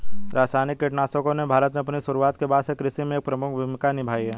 रासायनिक कीटनाशकों ने भारत में अपनी शुरुआत के बाद से कृषि में एक प्रमुख भूमिका निभाई है